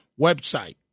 website